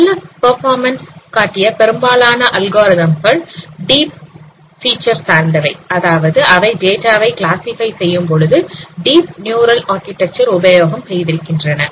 நல்ல பெர்ஃபார்மன்ஸ் காட்டிய பெரும்பாலான அல்காரிதம் கள் டீப் ஃபி ச்சர் சார்ந்தவை அதாவது அவை டேட்டாவை கிளாசிபை செய்யும்பொழுது டீப் நியூரல் ஆர்க்கிடெக்சர் உபயோகம் செய்திருக்கின்றன